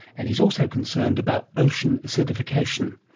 and he's also concerned about ocean acidification.